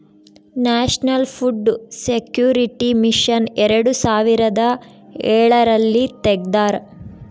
national food security mission ಎರಡು ಸಾವಿರದ ಎಳರಲ್ಲಿ ತೆಗ್ದಾರ